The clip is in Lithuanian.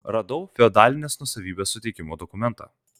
radau feodalinės nuosavybės suteikimo dokumentą